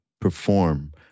perform